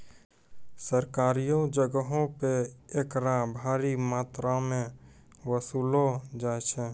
सरकारियो जगहो पे एकरा भारी मात्रामे वसूललो जाय छै